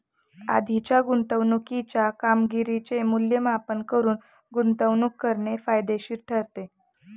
आधीच्या गुंतवणुकीच्या कामगिरीचे मूल्यमापन करून गुंतवणूक करणे फायदेशीर ठरते